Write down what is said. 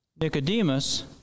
Nicodemus